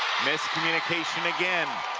miscommunication again